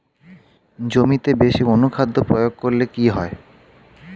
জমিতে বেশি অনুখাদ্য প্রয়োগ করলে কি হয়?